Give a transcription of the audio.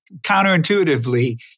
counterintuitively